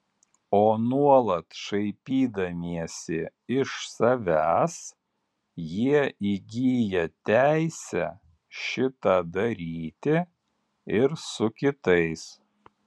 o nuolat šaipydamiesi iš savęs jie įgyja teisę šitą daryti ir su kitais